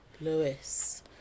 lewis